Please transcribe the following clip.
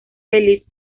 feliz